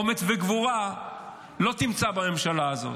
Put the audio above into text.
אומץ וגבורה לא תמצא בממשלה הזאת.